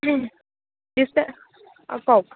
পিছে অঁ কওক